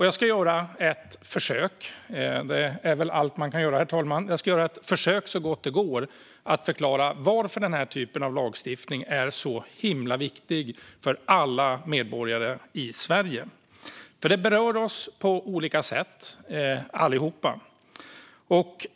Jag ska göra ett försök, vilket väl är allt man kan göra, herr talman, att så gott det går förklara varför denna lagstiftning är så viktig för alla medborgare i Sverige. Den berör oss alla på olika sätt.